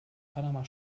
panama